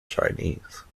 chinese